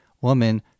woman